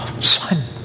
Son